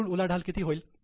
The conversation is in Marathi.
एकूण उलाढाल किती होईल